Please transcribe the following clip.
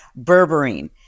berberine